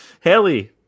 Haley